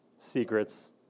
secrets